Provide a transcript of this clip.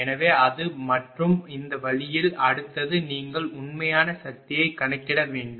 எனவே அது மற்றும் இந்த வழியில் அடுத்தது நீங்கள் உண்மையான சக்தியைக் கணக்கிட வேண்டும்